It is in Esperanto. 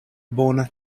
bona